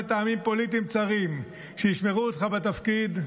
מטעמים פוליטיים צרים שישמרו אותך בתפקיד,